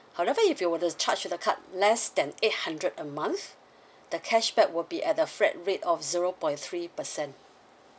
however if you were to charge to the card less than eight hundred a month the cashback will be at a flat rate of zero point three percent